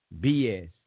BS